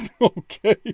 okay